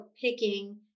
picking